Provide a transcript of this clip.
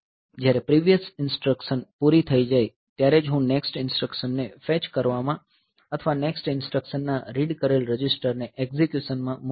જ્યારે previous instruction પૂરી થઈ જાય ત્યારે જ હું નેક્સ્ટ ઈન્સ્ટ્રકશનને ફેચ કરવામાં અથવા નેક્સ્ટ ઈન્સ્ટ્રકશનના રીડ કરેલ રજિસ્ટરને એક્ઝીક્યુશનમાં મૂકું છું